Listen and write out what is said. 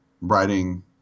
writing